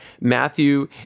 Matthew